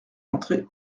entrait